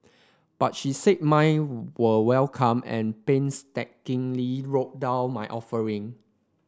but she said mine were welcome and painstakingly wrote down my offering